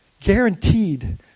guaranteed